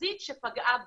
תחזית שפגעה בול.